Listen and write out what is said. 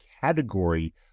category